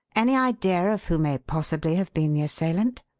any idea of who may possibly have been the assailant?